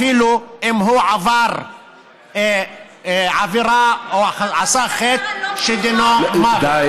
אפילו אם הוא עבר עבירה או עשה חטא שדינו מוות.